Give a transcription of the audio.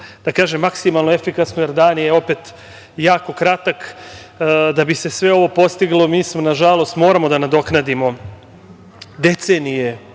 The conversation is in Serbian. da kažem, maksimalno efikasno, jer dan je opet jako kratak. Da bi se sve ovo postiglo, mi nažalost moramo da nadoknadimo decenije